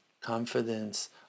confidence